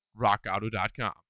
rockauto.com